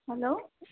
hello